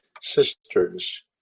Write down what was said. sisters